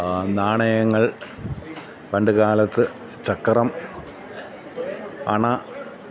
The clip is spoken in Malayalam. നാണയങ്ങൾ പണ്ടുകാലത്ത് ചക്രം അണ